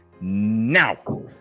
now